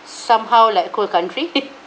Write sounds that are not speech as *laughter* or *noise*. somehow like cold country *laughs*